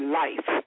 life